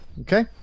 Okay